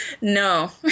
no